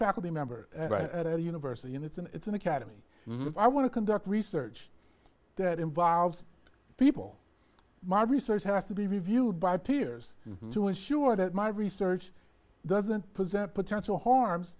faculty member at a university and it's an academy of i want to conduct research that involves people my research has to be reviewed by peers to ensure that my research doesn't present potential harms